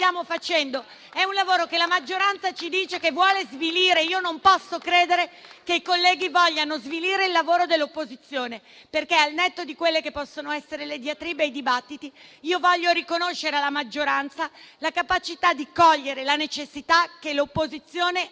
facendo è un lavoro che la maggioranza ci dice che vuole svilire; non posso credere che i colleghi vogliano svilire il lavoro dell'opposizione. Al netto di quelli che possono essere le diatribe e i dibattiti, voglio riconoscere alla maggioranza la capacità di cogliere la necessità che l'opposizione